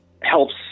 helps